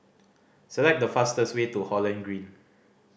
select the fastest way to Holland Green